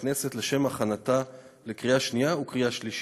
הכנסת לשם הכנתה לקריאה שנייה ולקריאה שלישית.